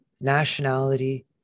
nationality